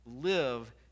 Live